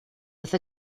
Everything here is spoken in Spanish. hace